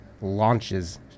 launches